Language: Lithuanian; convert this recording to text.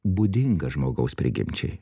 būdinga žmogaus prigimčiai